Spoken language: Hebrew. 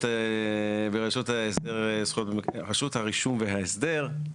ברשות הרישום וההסדר,